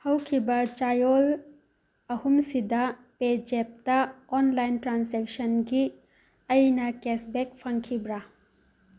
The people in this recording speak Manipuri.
ꯍꯧꯈꯤꯕ ꯆꯌꯣꯜ ꯑꯍꯨꯝꯁꯤꯗ ꯄꯦꯖꯦꯞꯇ ꯑꯣꯟꯂꯥꯏꯟ ꯇ꯭ꯔꯥꯟꯁꯦꯛꯁꯟꯒꯤ ꯑꯩꯅ ꯀꯦꯁ ꯕꯦꯛ ꯐꯪꯈꯤꯕ꯭ꯔꯥ